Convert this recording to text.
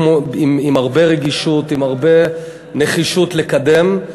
עם הרבה רגישות, עם הרבה נחישות לקדם.